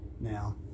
Now